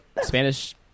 spanish